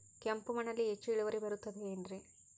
ಕೆಂಪು ಮಣ್ಣಲ್ಲಿ ಹೆಚ್ಚು ಇಳುವರಿ ಬರುತ್ತದೆ ಏನ್ರಿ?